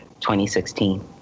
2016